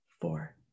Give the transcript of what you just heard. four